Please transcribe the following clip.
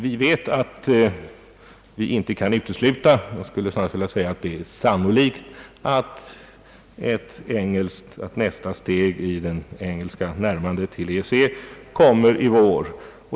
Vi vet att det är sannolikt att nästa steg i det engelska närmandet till EEC kommer i vår.